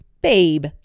Babe